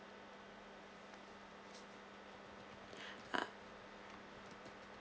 ah